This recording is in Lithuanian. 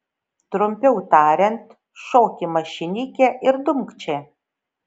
trumpiau tariant šok į mašinikę ir dumk čia